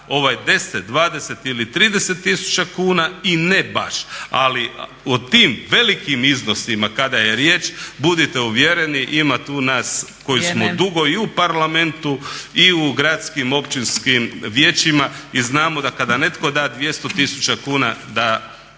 da 10, 20 ili 30 tisuća kuna i ne baš. Ali o tim velikim iznosima kada je riječ budite uvjereni ima tu nas koji smo dugo i u parlamentu i u gradskim, općinskim vijećima i znamo da kada netko da 200 tisuća kuna da